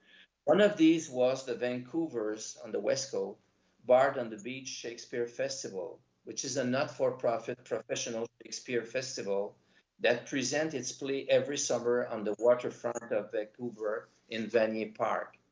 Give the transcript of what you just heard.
one of these was the vancouver's on the wesco bard on the beach shakespeare festival which is a not-for-profit professional, festival that present its play every summer on the waterfront of vancouver in vanier park.